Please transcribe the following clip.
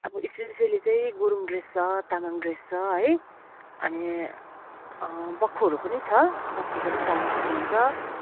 अब स्पेसियली चाहिँ गुरुङ ड्रेस छ तामाङ ड्रेस छ है अनि बक्खुहरू पनि छ बक्खु पनि पाउनु सक्नुहुन्छ